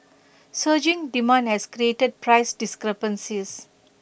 surging demand has created price discrepancies